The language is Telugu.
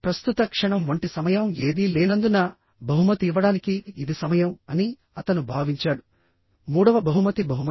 ప్రస్తుత క్షణం వంటి సమయం ఏదీ లేనందున బహుమతి ఇవ్వడానికి ఇది సమయం అని అతను భావించాడు మూడవ బహుమతి బహుమతి